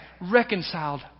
reconciled